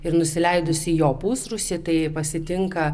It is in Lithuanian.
ir nusileidus į jo pusrūsį tai pasitinka